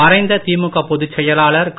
மறைந்த திமுக பொதுச் செயலாளர் க